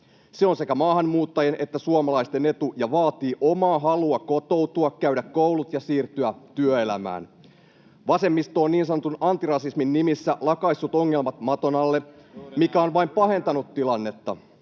Se on sekä maahanmuuttajien että suomalaisten etu ja vaatii omaa halua kotoutua, käydä koulut ja siirtyä työelämään. Vasemmisto on niin sanotun antirasismin nimissä lakaissut ongelmat maton alle, mikä on vain pahentanut tilannetta.